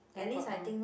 thank god orh